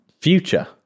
future